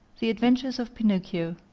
the adventures of pinocchio,